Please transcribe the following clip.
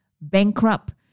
bankrupt